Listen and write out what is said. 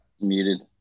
Muted